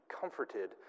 comforted